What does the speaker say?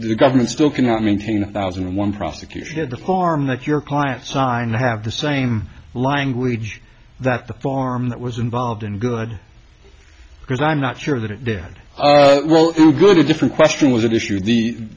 the government still cannot maintain a thousand and one prosecution of the farm that your client signed to have the same language that the farm that was involved in good because i'm not sure that they're good a different question was an issue the